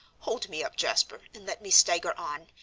hold me up, jasper, and let me stagger on,